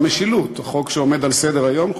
חוק המשילות, החוק שעומד על סדר-היום.